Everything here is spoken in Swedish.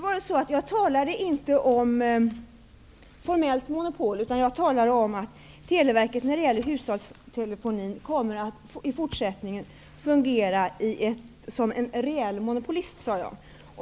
Herr talman! Jag talade inte om ett formellt monopol, utan jag sade att Televerket när det gäller hushållstelefonin i fortsättningen kommer att fungera som en reell monopolist.